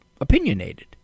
opinionated